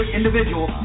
individual